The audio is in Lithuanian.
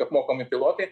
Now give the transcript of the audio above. apmokami pilotai